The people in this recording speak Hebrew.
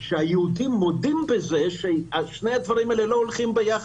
שהיהודים מודים בזה ששני הדברים האלה לא הולכים ביחד.